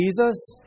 Jesus